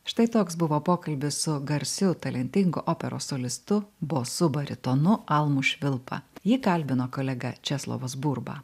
štai toks buvo pokalbis su garsiu talentingu operos solistu bosu baritonu almu švilpa jį kalbino kolega česlovas burba